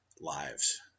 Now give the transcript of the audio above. lives